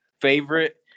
favorite